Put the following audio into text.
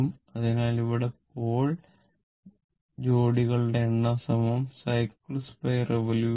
അതിനാൽ ഇവിടെ പോൾ ജോഡികളുടെ എണ്ണം സൈക്കിൾസ്റിവൊല്യൂഷൻcyclesrevolution